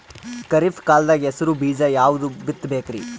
ಖರೀಪ್ ಕಾಲದಾಗ ಹೆಸರು ಬೀಜ ಯಾವದು ಬಿತ್ ಬೇಕರಿ?